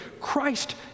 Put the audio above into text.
Christ